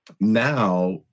Now